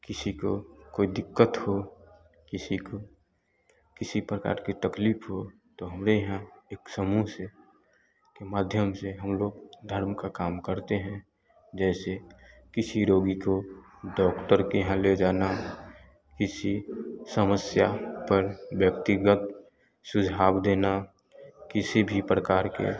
किसी को कोई दिक्कत हो किसी को किसी प्रकार की तकलीफ हो तो हमारे हैं एक समूह से मध्यम से हम लोग धर्म का काम करते हैं जैसे किसी रोगी को डॉक्टर के यहाँ ले जाना है किसी समस्या पर व्यक्तिगत सुझाव देना किसी भी प्रकार के